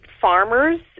farmers